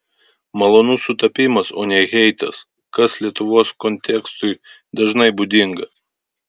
malonus sutapimas o ne heitas kas lietuvos kontekstui dažnai būdinga